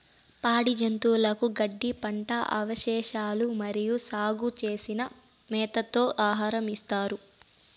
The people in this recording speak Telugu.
పాడి జంతువులకు గడ్డి, పంట అవశేషాలు మరియు సాగు చేసిన మేతతో ఆహారం ఇస్తారు